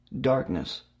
darkness